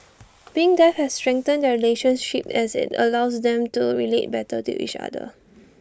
being deaf has strengthened their relationship as IT allowed them to relate better to each other